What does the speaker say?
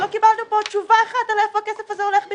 לא קיבלנו פה עוד תשובה אחת על לאיפה הכסף הזה הולך בכלל.